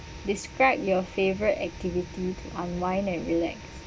describe your favourite activity to unwind and relax